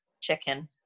chicken